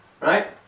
Right